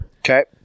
Okay